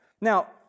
Now